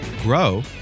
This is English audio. grow